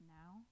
now